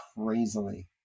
crazily